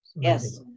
Yes